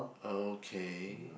okay